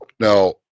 Now